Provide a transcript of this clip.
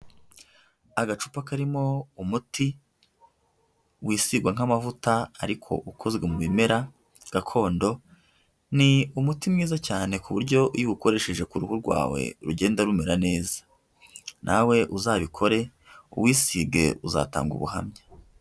Agacupa karimo umuti wisigagwa nk'amavuta ariko ukozwe mu bimera gakondo, ni umuti mwiza cyane ku buryo iyo uwukoresheje ku ruhu rwawe rugenda rumera neza. Nawe uzabikore, uwisige uzatanga ubuhamya.